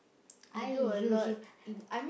I usually uh